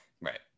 right